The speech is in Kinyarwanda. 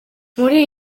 muri